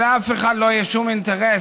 לאף אחד לא יהיה שום אינטרס,